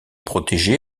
protégé